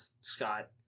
Scott